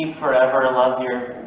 forever love your